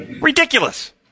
Ridiculous